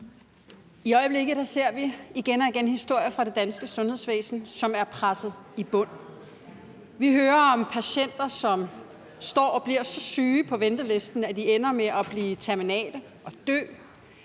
I øjeblikket ser vi igen og igen historier fra det danske sundhedsvæsen, som er presset i bund. Vi hører om patienter, som står på ventelisten og bliver så syge, at de ender med at blive terminale og dø.